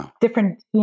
different